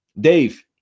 Dave